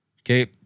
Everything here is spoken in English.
okay